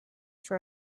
for